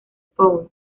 paul